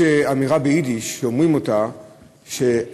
יש אמירה ביידיש: